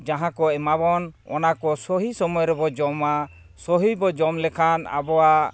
ᱡᱟᱦᱟᱸ ᱠᱚᱭ ᱮᱢᱟᱵᱚᱱ ᱚᱱᱟ ᱠᱚ ᱥᱟᱹᱦᱤ ᱥᱚᱢᱚᱭ ᱨᱮᱵᱚᱱ ᱡᱚᱢ ᱢᱟ ᱥᱚᱦᱤ ᱵᱚᱱ ᱡᱚᱢ ᱞᱮᱠᱷᱟᱱ ᱟᱵᱚᱣᱟᱜ